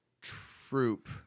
Troop